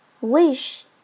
Wish